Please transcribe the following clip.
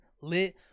lit